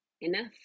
enough